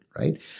Right